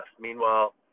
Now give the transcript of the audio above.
Meanwhile